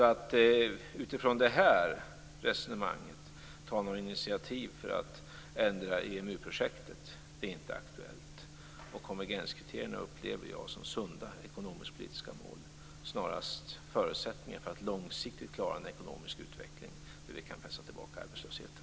Att utifrån detta resonemang ta några initiativ för att ändra EMU-projektet är alltså inte aktuellt, och konvergenskriterierna upplever jag som sunda ekonomisk-politiska mål - snarast som förutsättningen att långsiktigt klara en ekonomisk utveckling där vi kan pressa tillbaka arbetslösheten.